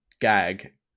gag